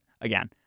again